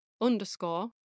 underscore